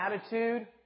attitude